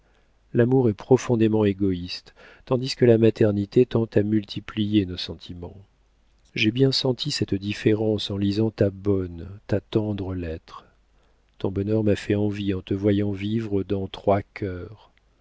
l'amour est profondément égoïste tandis que la maternité tend à multiplier nos sentiments j'ai bien senti cette différence en lisant ta bonne ta tendre lettre ton bonheur m'a fait envie en te voyant vivre dans trois cœurs